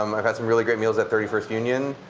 um i've had some really great meals at thirty first union.